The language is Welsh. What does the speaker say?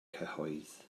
cyhoedd